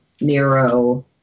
Nero